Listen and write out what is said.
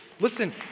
Listen